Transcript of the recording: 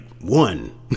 one